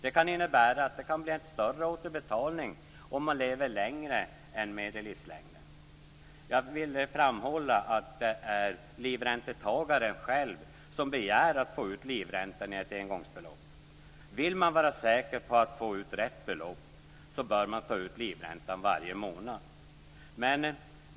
Det kan innebära att det kan bli en större återbetalning om man lever längre än medellivslängden. Jag vill framhålla att det är livräntetagaren själv som begär att få ut livräntan i ett engångsbelopp. Vill man vara säker på att få ut rätt belopp bör man ta ut livräntan varje månad.